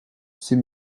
c’est